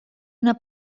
una